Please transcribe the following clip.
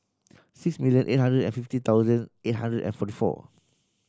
six million eight hundred and fifty thousand eight hundred and forty four